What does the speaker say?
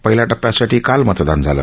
पहिल्या टप्प्यासाठी काल मतदान झालं